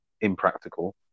impractical